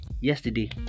Yesterday